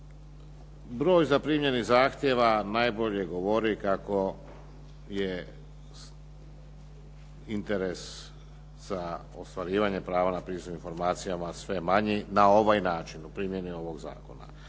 broj zaprimljenih zahtjeva najbolje govori kako je interes za ostvarivanje prava na pristup informacijama sve manji na ovaj način u primjeni ovog zakona.